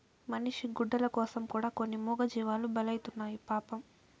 మనిషి గుడ్డల కోసం కూడా కొన్ని మూగజీవాలు బలైతున్నాయి పాపం